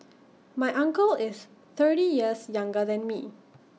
my uncle is thirty years younger than me